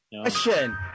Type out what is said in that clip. Question